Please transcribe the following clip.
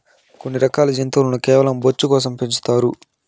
కొన్ని రకాల జంతువులను కేవలం బొచ్చు కోసం పెంచుతారు